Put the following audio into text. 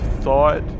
thought